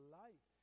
life